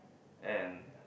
and